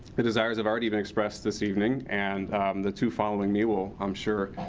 the desires have already been expressed this evening and the two following me will, i'm sure,